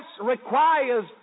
requires